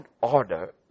order